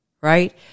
right